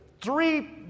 Three